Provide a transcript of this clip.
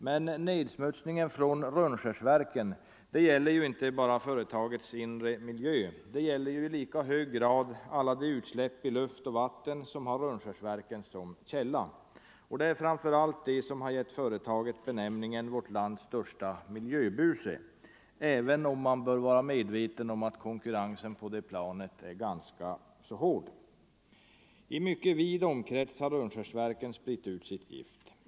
Men nedsmutsningen från Rönnskärsverken gäller inte bara företagets inre miljö. Den gäller i lika hög grad de utsläpp i luft och vatten som har Rönnskärsverken som källa. Det är framför allt dessa utsläpp som miljövårdande åtgärder har gett företaget benämningen ”vårt lands störste miljöbuse”, även om man bör vara medveten om att konkurrensen på det planet är ganska hård. I en mycket vid omkrets har Rönnskärsverken spritt ut sitt gift.